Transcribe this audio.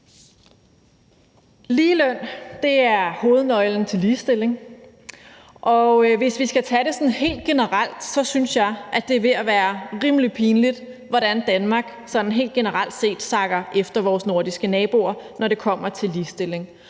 Ligeløn er hovednøglen til ligestilling, og hvis vi skal tage det sådan helt generelt, synes jeg, det er ved at være rimelig pinligt, hvordan Danmark sakker bagud i forhold til vores nordiske naboer, når det kommer til ligestilling,